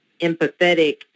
empathetic